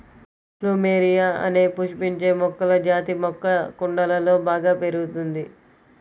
plumeria అనే పుష్పించే మొక్కల జాతి మొక్క కుండలలో బాగా పెరుగుతుంది